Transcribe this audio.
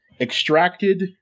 extracted